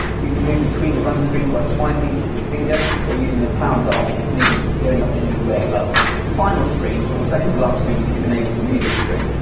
you can move between the run screens by swiping with your finger, or using the crown dial which may be the only option if you wear gloves. the final screen, or second to last screen if you've enabled the music screen,